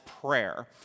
prayer